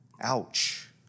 ouch